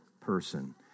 person